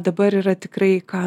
dabar yra tikrai ką